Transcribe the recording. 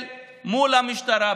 אל מול המשטרה.